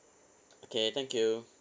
okay thank you